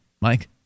Mike